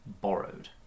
borrowed